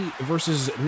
versus